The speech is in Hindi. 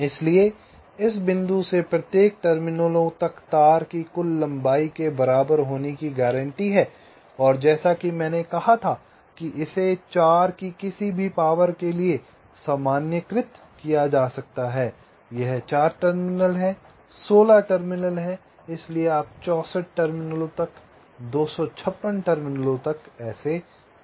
इसलिए इस बिंदु से प्रत्येक टर्मिनलों तक तार की कुल लंबाई के बराबर होने की गारंटी है और जैसा कि मैंने कहा था इसे 4 की किसी भी पावर के लिए सामान्यीकृत किया जा सकता है यह 4 टर्मिनल 16 टर्मिनल है इसलिए आप 64 टर्मिनलों तक 256 टर्मिनल तक ऐसे जा सकते हैं